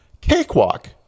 cakewalk